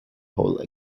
hole